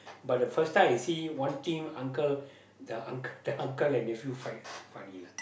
but the first time I see one team uncle the uncle the uncle and nephew fight funny lah